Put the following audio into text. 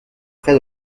près